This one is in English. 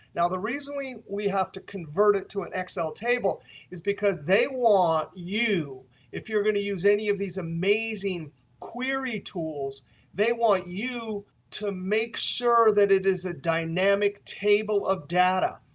now, the reason we we have to convert it to an excel table is because they want you if you're going to use any of these amazing query tools they want you to make sure that it is a dynamic table of data.